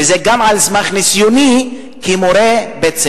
וזה גם על סמך ניסיוני כמורה בית-ספר.